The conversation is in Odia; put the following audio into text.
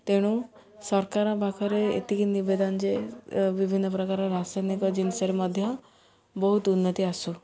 ତେଣୁ ସରକାରଙ୍କ ପାଖରେ ଏତିକି ନିବେଦନ ଯେ ବିଭିନ୍ନ ପ୍ରକାର ରାସାୟନିକ ଜିନିଷରେ ମଧ୍ୟ ବହୁତ ଉନ୍ନତି ଆସୁ